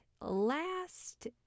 last